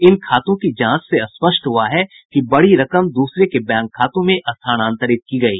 इन खातों की जांच से स्पष्ट हुआ है कि बड़ी रकम दूसरे के बैंक खातों में स्थानांतरित की गयी